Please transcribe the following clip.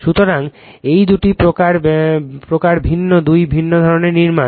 সুতরাং এই দুই প্রকার ভিন্ন দুই ভিন্ন ধরনের নির্মাণ